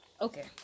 Okay